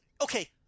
Okay